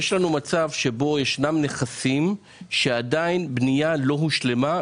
יש לנו מצב שבו ישנם נכסים שעדיין בנייתם לא הושלמה,